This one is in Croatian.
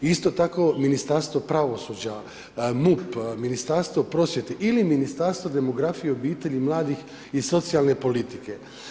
Isto tako Ministarstvo pravosuđa, MUP, Ministarstvo prosvjete ili Ministarstvo demografije, obitelji, mladih i socijalne politike.